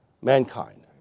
mankind